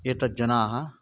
एतत् जनाः